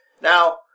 Now